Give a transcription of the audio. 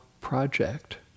project